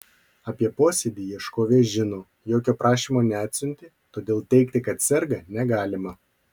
apie posėdį ieškovė žino jokio prašymo neatsiuntė todėl teigti kad serga negalima